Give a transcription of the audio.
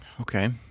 okay